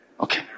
Okay